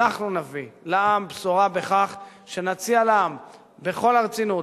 אנחנו נביא לעם בשורה בכך שנציע לעם בכל הרצינות,